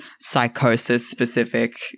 psychosis-specific